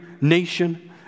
nation